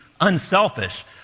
unselfish